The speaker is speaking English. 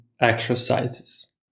exercises